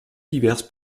diverses